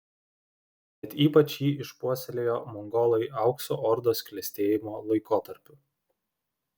bet ypač jį išpuoselėjo mongolai aukso ordos klestėjimo laikotarpiu